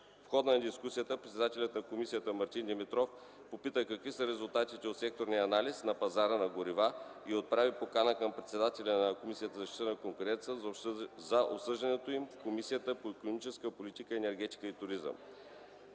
В хода на дискусията председателят на комисията Мартин Димитров попита какви са резултатите от секторния анализ на пазара на горивата и отправи покана към председателя на КЗК за обсъждането им в Комисията по икономическата политика, енергетика и туризъм.